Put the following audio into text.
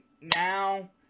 now